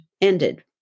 ended